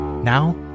Now